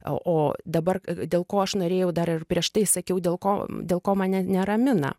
a o dabar dėl ko aš norėjau dar ir prieš tai sakiau dėl ko dėl ko mane neramina